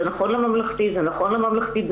זה נכון לממלכתי, זה נכון לממלכתי-דתי.